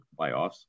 playoffs